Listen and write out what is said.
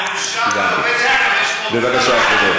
בבקשה, כבודו,